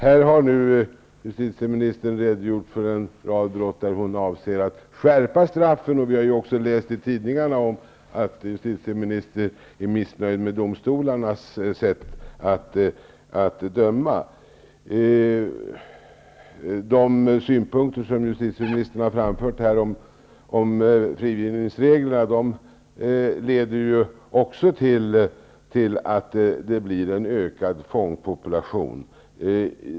Här har nu justitieministern redogjort för en rad brott där hon avser att skärpa straffen, och vi har ju också läst i tidningarna att justitieministern är missnöjd med domstolarnas sätt att döma. De synpunkter som justitieministern här har framfört om ändrade regler för frigivning leder också till att det blir en ökad fångpopulation.